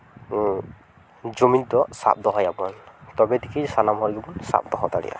ᱡᱩᱢᱤᱫ ᱫᱚ ᱥᱟᱵ ᱫᱚᱦᱚᱭᱟᱵᱚᱱ ᱛᱚᱵᱮ ᱫᱮᱠᱷᱤ ᱥᱟᱱᱟᱢ ᱦᱚᱲ ᱜᱮᱵᱚᱱ ᱥᱟᱵ ᱫᱚᱦᱚ ᱫᱟᱲᱮᱭᱟᱜᱼᱟ